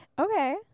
okay